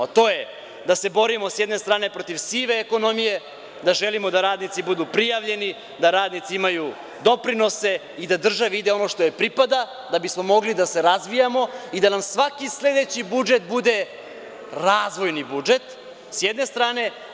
To je, da se borimo sa jedne strane protiv sive ekonomije, da želimo da radnici budu prijavljeni, da radnici imaju doprinose i da državi ide ono što joj pripada, da bismo mogli da se razvijamo i da nam svaki sledeći budžet bude razvojni budžet, sa jedne strane.